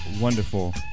Wonderful